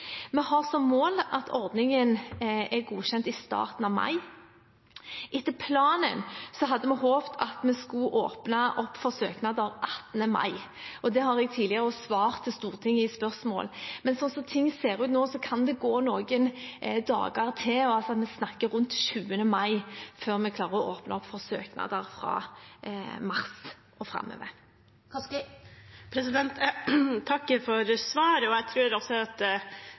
Vi har som mål at ordningen er godkjent i starten av mai. Etter planen hadde vi håpet at vi skulle åpne opp for søknader 18. mai. Det har jeg også tidligere svart til Stortinget på spørsmål, men slik som ting ser ut nå, kan det gå noen dager til, og da snakker vi rundt 20. mai, før vi klarer å åpne opp for søknader fra mars og framover. Jeg takker for svaret, og jeg tror også at